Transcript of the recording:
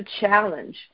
challenge